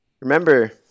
remember